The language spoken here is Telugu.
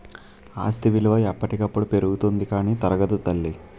ఆస్తి విలువ ఎప్పటికప్పుడు పెరుగుతుంది కానీ తరగదు తల్లీ